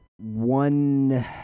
one